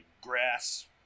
grass